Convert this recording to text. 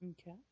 Okay